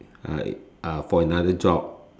uh for another job